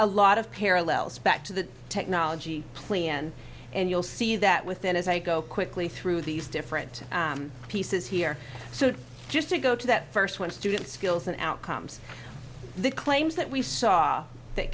a lot of parallels back to the technology play end and you'll see that within as i go quickly through these different pieces here so just to go to that first one student skills and outcomes the claims that we saw that